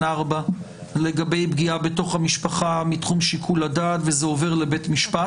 (4) לגבי פגיעה בתוך המשפחה מתחום שיקול הדעת וזה עובר לבית משפט.